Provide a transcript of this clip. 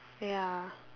ya